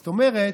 זאת אומרת,